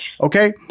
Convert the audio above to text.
Okay